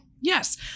yes